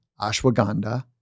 ashwagandha